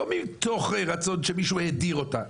לא מתוך רצון שמישהו הדיר אותה.